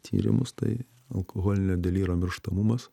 tyrimus tai alkoholinio delyro mirštamumas